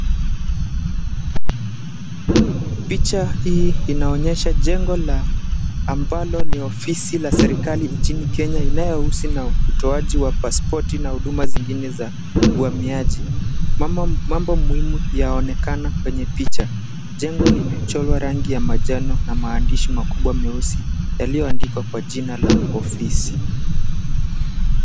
Picha hii inaonyesha jengo ambalo ni ofisi la serikali nchini Kenya, inayohusu na utoaji wa pasipoti na huduma zingine za uhamiaji. Mambo muhimu yaonekana kwenye picha, jengo limechorwa rangi ya manjano na maandishi makubwa meusi yaliyoandikwa kwa jina la ofisi.